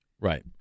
Right